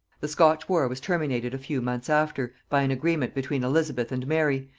the scotch war was terminated a few months after, by an agreement between elizabeth and mary,